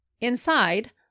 Inside